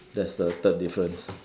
that's the third difference